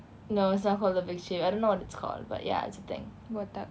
no it's not called the big shave I don't know what it's called but ya it's a thing